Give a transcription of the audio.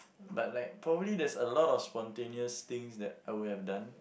but like probably there's a lot of spontaneous things that I would have done